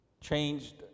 changed